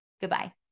Goodbye